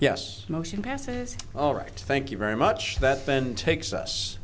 yes motion passes all right thank you very much that then takes us